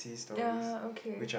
ya okay